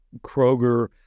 Kroger